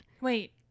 Wait